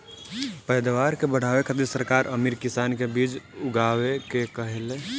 पैदावार के बढ़ावे खातिर सरकार अमीर किसान के बीज उगाए के कहेले